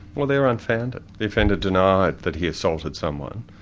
well they're unfounded. the offender denied that he assaulted someone.